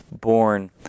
born